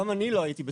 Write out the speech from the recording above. גם אני לא הייתי רוצה,